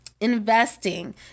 Investing